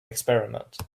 experiment